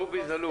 רובי זלוף.